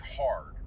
hard